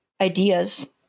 ideas